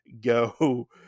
go